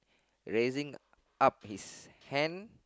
raising up his hand